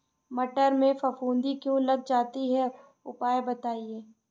मटर में फफूंदी क्यो लग जाती है उपाय बताएं?